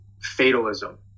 fatalism